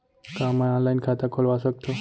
का मैं ऑनलाइन खाता खोलवा सकथव?